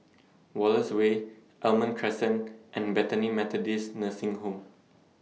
Wallace Way Almond Crescent and Bethany Methodist Nursing Home